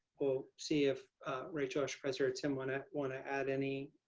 we'll see if rachael or shpresa or tim want to want to add any